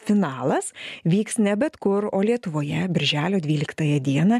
finalas vyks ne bet kur o lietuvoje birželio dvyliktąją dieną